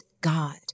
God